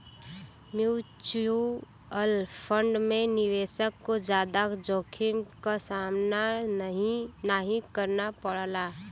mutual fund में निवेशक को जादा जोखिम क सामना नाहीं करना पड़ला